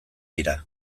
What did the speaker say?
dira